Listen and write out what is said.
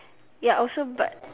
ya also but